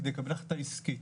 כדי לקבל החלטה עסקית,